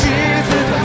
Jesus